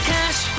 Cash